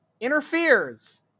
interferes